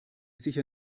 sicher